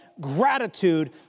gratitude